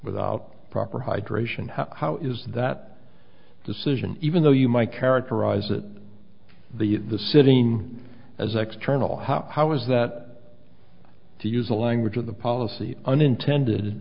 without proper hydration how how is that decision even though you might characterize it the the sitting as extremal how how is that to use the language of the policy unintended